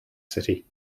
city